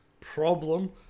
problem